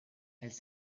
elles